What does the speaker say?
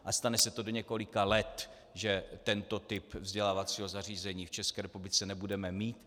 A stane se to do několika let, že tento typ vzdělávacího zařízení v České republice nebudeme mít.